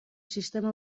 sistema